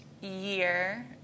year